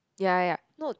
ya ya ya no